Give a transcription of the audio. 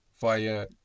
via